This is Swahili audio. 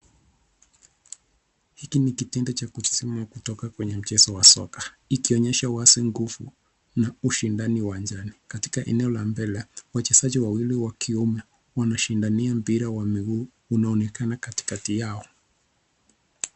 Hiki ni kitengo cha kusisima kutoka kwenye mchezo wa soka ikionyesha wazi nguvu na ushindani uwanjani. Katika eneo la mbele wachezaji wawili wa kiume wanashindania mpira wa mguu unaoonekana katikati yao.